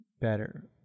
better